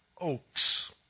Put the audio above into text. oaks